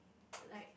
like